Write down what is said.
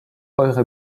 eure